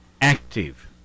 active